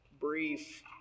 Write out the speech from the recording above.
brief